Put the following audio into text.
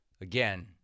again